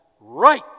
right